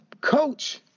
coach